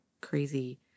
crazy